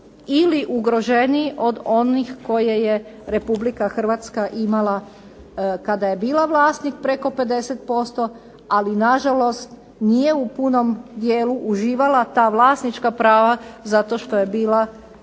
ili ugroženiji od onih koje je RH imala kada je bila vlasnik preko 50%, ali nažalost nije u punom dijelu uživala ta vlasnička prava zato što je bila